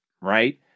right